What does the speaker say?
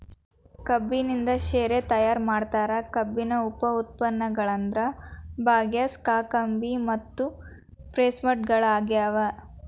ಕಬ್ಬಿನಿಂದ ಶೇರೆ ತಯಾರ್ ಮಾಡ್ತಾರ, ಕಬ್ಬಿನ ಉಪ ಉತ್ಪನ್ನಗಳಂದ್ರ ಬಗ್ಯಾಸ್, ಕಾಕಂಬಿ ಮತ್ತು ಪ್ರೆಸ್ಮಡ್ ಗಳಗ್ಯಾವ